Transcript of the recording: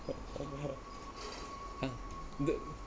but